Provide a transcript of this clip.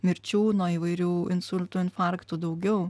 mirčių nuo įvairių insultų infarktų daugiau